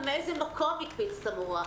ומאיזה מקום הקפיץ את המורה?